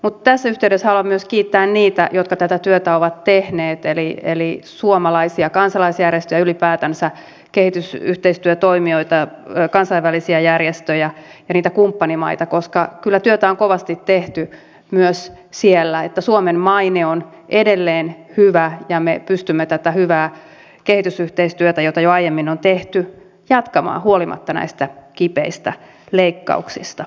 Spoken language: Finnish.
mutta tässä yhteydessä haluan myös kiittää niitä jotka tätä työtä ovat tehneet eli suomalaisia kansalaisjärjestöjä ja ylipäätänsä kehitysyhteistyötoimijoita kansainvälisiä järjestöjä ja kumppanimaita koska siellä on kovasti tehty työtä että suomen maine on edelleen hyvä ja me pystymme tätä hyvää kehitysyhteistyötä jota jo aiemmin on tehty jatkamaan huolimatta näistä kipeistä leikkauksista